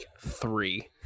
three